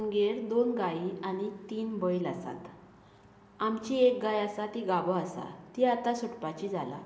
आमगेर दोन गायी आनी तीन बैल आसात आमची एक गाय आसा ती गाबो आसा ती आतां सुटपाची जाला